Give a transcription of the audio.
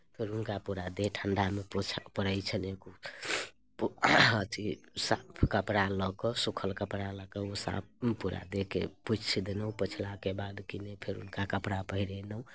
फेर हुनका पूरा देह ठण्डामे पोछय पड़ैत छनि अथि साफ कपड़ा लऽ कऽ सूखल कपड़ा लऽ कऽ ओ साफ पूरा देहके पोछि देलहुँ पोछलाके बाद किने फेर हुनका कपड़ा पहिरेलहुँ